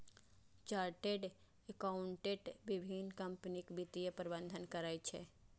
chartered accountant विभिन्न कंपनीक वित्तीय प्रबंधन करै छै